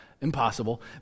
impossible